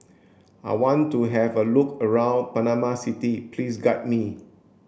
I want to have a look around Panama City please guide me